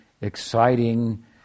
exciting